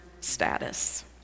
status